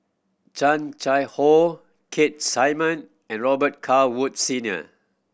Chan Chang How Keith Simmon and Robet Carr Woods Senior